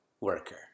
worker